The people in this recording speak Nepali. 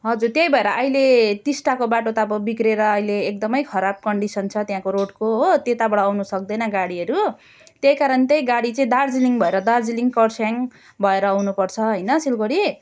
हजुर त्यही भएर अहिले टिस्टाको बाटो त अब बिग्रेर अहिले एकदमै खराब कन्डिसन छ त्यहाँको रोडको हो त्यताबाट आउन सक्दैन गाडीहरू त्यही कारण त्यही दार्जिलिङ भएर दार्जिलिङ कर्सियङ भएर आउनु पर्छ होइन सिलगडी